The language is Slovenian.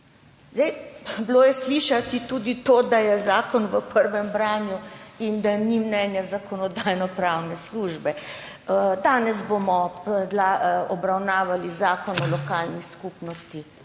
Slišati je bilo tudi to, da je zakon v prvem branju in da ni mnenja Zakonodajno-pravne službe. Danes bomo obravnavali zakon o lokalni skupnosti